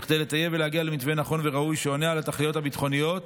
כדי לטייב ולהגיע למתווה נכון וראוי שעונה על התכליות הביטחוניות